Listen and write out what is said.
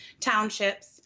townships